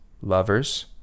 lovers